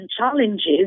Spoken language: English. challenges